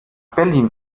berlin